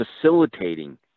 facilitating